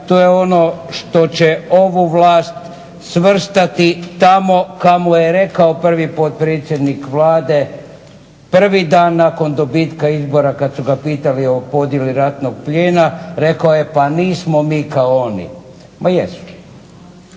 to je ono što će ovu vlast svrstati tamo kamo je rekao prvi potpredsjednik Vlade, prvi dan nakon dobivanja izbora kada su ga pitali o podijeli ratnog plijena, rekao je, pa nismo mi kao oni. Ma jesu.